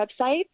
website